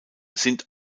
sind